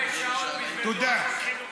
תודה.